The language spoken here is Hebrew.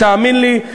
תאמין לי,